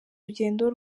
rugendo